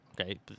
okay